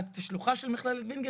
את שלוחה של מכללת ווינגיט?